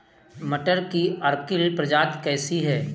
मटर की अर्किल प्रजाति कैसी है?